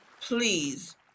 please